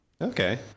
Okay